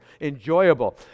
enjoyable